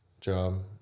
job